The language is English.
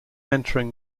entering